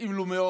יתאים לו מאוד,